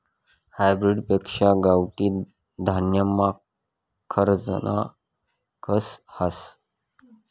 hybrid पेक्शा गावठी धान्यमा खरजना कस हास